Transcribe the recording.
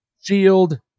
shield